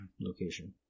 location